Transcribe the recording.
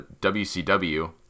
WCW